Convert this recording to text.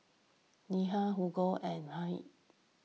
Neha Hugo and Yahir